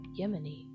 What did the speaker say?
Yemeni